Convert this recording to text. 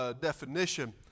Definition